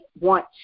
want